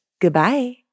Goodbye